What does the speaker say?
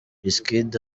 wizkid